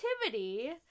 activity